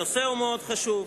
הנושא הוא מאוד חשוב,